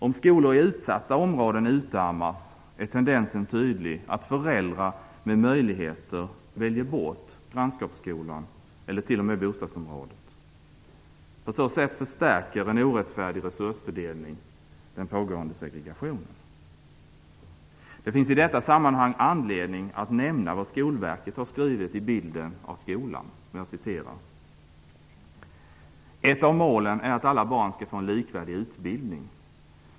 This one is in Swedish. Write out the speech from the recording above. Om skolor i utsatta områden utarmas är tendensen tydlig att föräldrar med möjligheter väljer bort grannskapsskolan eller t.o.m. bostadsområdet. På så sätt förstärker en orättfärdig resursfördelning den pågående segregationen. Det finns i detta sammanhang anledning att nämna vad Skolverket har skrivit i Bilden av skolan: ''Ett av målen är att alla barn ska få en likvärdig utbildning.